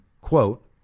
quote